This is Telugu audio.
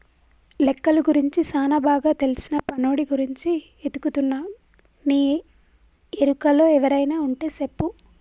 లెక్కలు గురించి సానా బాగా తెల్సిన పనోడి గురించి ఎతుకుతున్నా నీ ఎరుకలో ఎవరైనా వుంటే సెప్పు